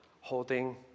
holding